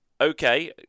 Okay